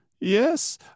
Yes